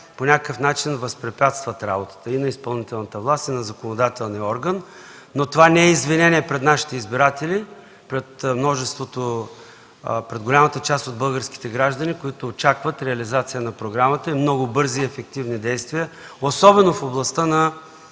по някакъв начин възпрепятства работата на изпълнителната власт и на законодателния орган. Но това не е извинение пред нашите избиратели, пред голямата част от българските граждани, които очакват реализация на програмата, и много бързи ефективни действия, особено в областта